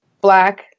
black